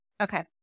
Okay